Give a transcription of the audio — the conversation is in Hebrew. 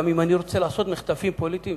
דוגרי, גם אם אני רוצה לעשות מחטפים פוליטיים,